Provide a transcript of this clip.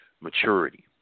maturity